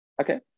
okay